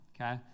Okay